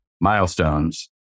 milestones